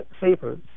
safer